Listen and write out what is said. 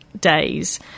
days